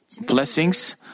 blessings